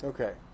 Okay